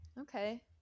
Okay